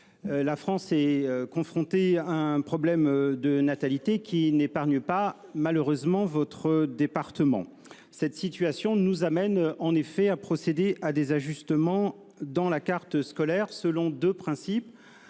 la France est confrontée à un problème de natalité qui n'épargne pas, malheureusement, votre département. Cette situation nous amène en effet à procéder à des ajustements dans la carte scolaire, selon deux principes,